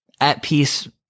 at-peace